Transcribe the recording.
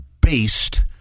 based